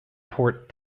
port